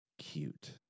cute